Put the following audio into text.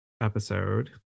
episode